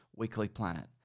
weeklyplanet